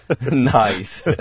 Nice